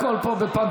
הכול פה בפנטומימה.